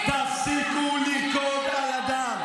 תפסיקו לרקוד על הדם.